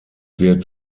wird